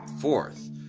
Fourth